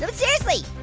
ah but seriously,